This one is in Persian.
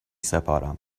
سپارم